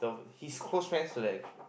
he's close friends to that